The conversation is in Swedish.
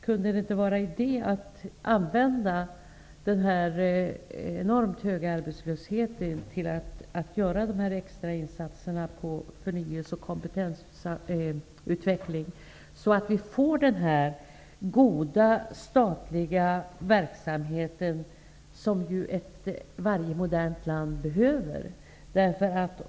Kunde det då inte vara idé att använda den enormt höga arbetslösheten till att göra de extra insatserna på förnyelse och kompetensutveckling, så att vi får den goda statliga verksamheten som varje modernt land behöver?